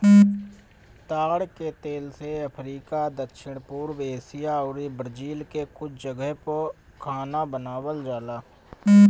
ताड़ के तेल से अफ्रीका, दक्षिण पूर्व एशिया अउरी ब्राजील के कुछ जगह पअ खाना बनावल जाला